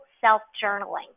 self-journaling